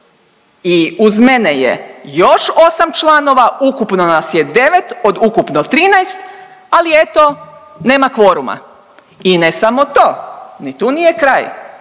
i uz mene je još 8 članova, ukupno nas je 9 od ukupno 13, ali eto, nema kvoruma i ne samo to, ni tu nije kraj,